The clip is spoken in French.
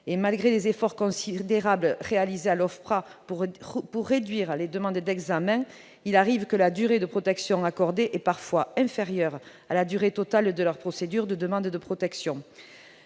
Malgré les efforts considérables réalisés par l'OFPRA pour réduire les délais d'examen, il arrive que la durée de protection accordée soit inférieure à la durée totale de la procédure de demande de protection.